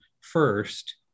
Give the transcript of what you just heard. first